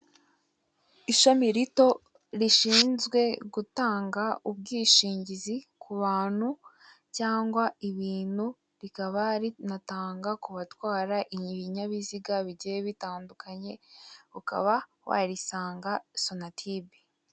Ishami rito rishinzwe gutanga ubwishingizi ku bantu cyangwa ibintu, rikaba rinatanga ku batwara ibinyabiziga bigiye bitandukanye, ukaba warisanga sonatibe.